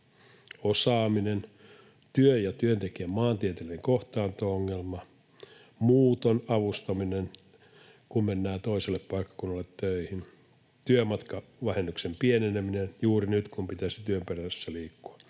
Osaaminen, työn ja työntekijän maantieteellinen kohtaanto-ongelma, muuton avustaminen, kun mennään toiselle paikkakunnalle töihin, työmatkavähennyksen pieneneminen juuri nyt, kun pitäisi työn perässä liikkua,